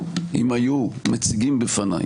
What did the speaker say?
אם היו מציגים בפניי